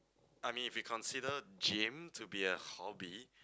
I mean if you consider gym to be a hobby